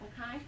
Okay